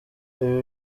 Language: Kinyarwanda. ibi